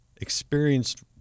experienced